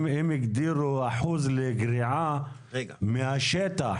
אם הגדירו אחוז לגריעה מהשטח